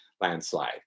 landslide